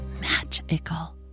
magical